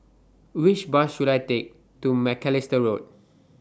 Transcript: Which Bus should I Take to Macalister Road